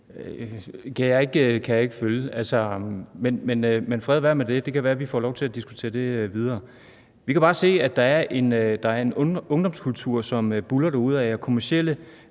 sætter op. Men fred være med det – det kan godt være, at vi får lov til at diskutere det videre. Vi kan bare se, at der en ungdomskultur, som buldrer derudad, og kommercielle